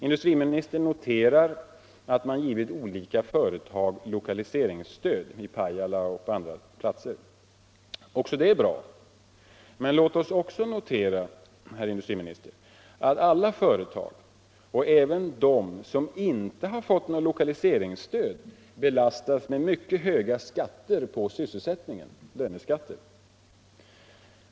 Industriministern noterar att man givit olika företag lokalise ringsstöd — i Pajala och på andra platser. Även det är bra. Men låt oss också notera, herr industriminister, att alla företag, och även de som inte fått något lokaliseringsstöd, belastas med mycket höga skatter på sysselsättningen —- löneskatter.